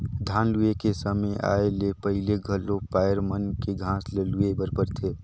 धान लूए के समे आए ले पहिले घलो पायर मन के घांस ल लूए बर परथे